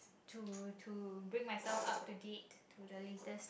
to to bring myself up to date to the latest